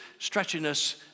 stretchiness